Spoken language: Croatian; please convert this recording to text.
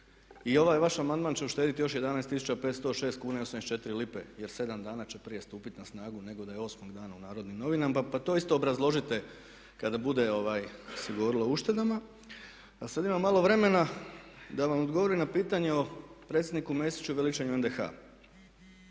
I ovaj vaš amandman će uštedjeti još 11506 kuna i 84 lipe jer 7 dana će prije stupiti na snagu nego da je 8.-og dana u narodnim novinama pa to isto obrazložite kada bude se govorilo o uštedama. A sada imam malo vremena da vam odgovorim na pitanje o predsjedniku Mesiću i veličanju NDH.